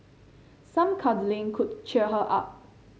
some cuddling could cheer her up